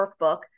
workbook